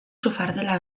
fardela